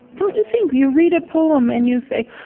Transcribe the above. don't you think? you read a poem and you say,